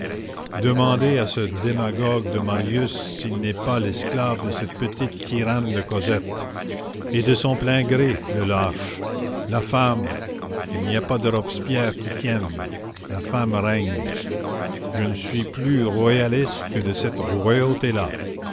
demandez à ce démagogue de marius s'il n'est pas l'esclave de cette petite tyranne de cosette et de son plein gré le lâche la femme il n'y a pas de robespierre qui tienne la femme règne je ne suis plus royaliste que de cette royauté là